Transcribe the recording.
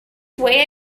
way